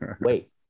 wait